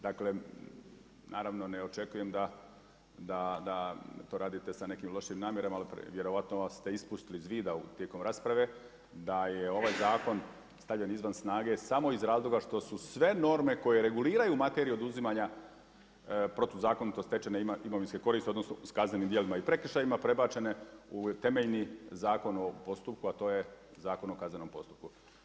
Dakle naravno ne očekujem da to radite sa nekim lošim namjerama, ali vjerojatno ste ispustili iz vida tijekom rasprave, da je ovaj zakon stavljen izvan snage samo iz razloga što su sve norme koje reguliraju materiju oduzimanja protuzakonito stečene imovinske koristi s kaznenim djelima i prekršajima prebačene u temeljni zakon o postupku, a to je Zakon o kaznenom postupku.